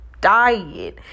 diet